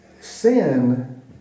Sin